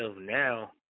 now